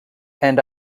and